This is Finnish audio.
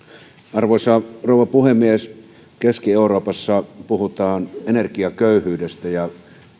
arvoisa rouva puhemies keski euroopassa puhutaan energiaköyhyydestä ja